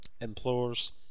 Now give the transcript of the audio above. implores